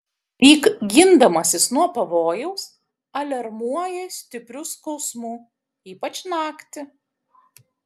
lyg gindamasis nuo pavojaus aliarmuoja stipriu skausmu ypač naktį